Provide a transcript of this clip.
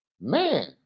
man